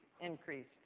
increased